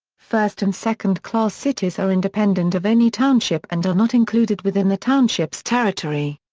first and second class cities are independent of any township and are not included within the township's territory.